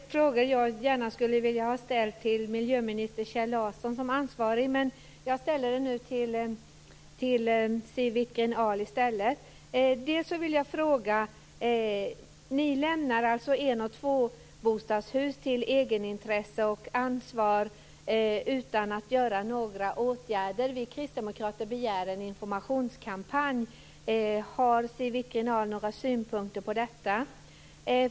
Herr talman! Det är tre frågor som jag gärna hade velat ställa till miljöminister Kjell Larsson som ansvarig, men jag ställer dem nu till Siw Wittgren-Ahl i stället. Ni lämnar alltså en och tvåbostadshus till egenintresse och ansvar utan att vidta några åtgärder. Vi kristdemokrater begär en informationskampanj. Har Siw Wittgren-Ahl några synpunkter på detta?